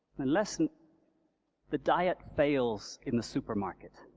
the lesson the diet fails in the supermarket,